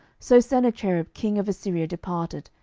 so sennacherib king of assyria departed,